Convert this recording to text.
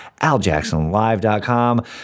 aljacksonlive.com